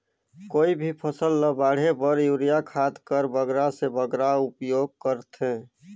कोई भी फसल ल बाढ़े बर युरिया खाद कर बगरा से बगरा उपयोग कर थें?